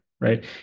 right